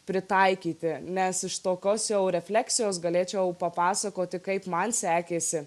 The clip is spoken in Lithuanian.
pritaikyti nes iš tokios jau refleksijos galėčiau papasakoti kaip man sekėsi